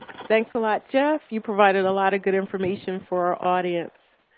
thanks a lot, jeff. you provided a lot of good information for our audience.